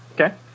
Okay